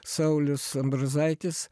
saulius ambrozaitis